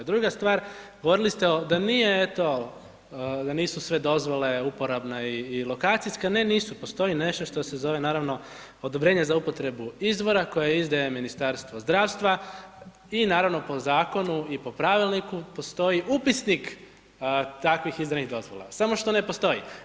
Druga stvar, govorili ste o, da nije eto, da nisu sve dozvole, uporabna i lokacijska, ne nisu, postoji nešto što se zove, naravno, odobrenje za upotrebu izvora, koje izdaje Ministarstvo zdravstva i naravno po zakonu i po pravilniku postoji upisnik takvih izdanih dozvola, samo što ne postoji.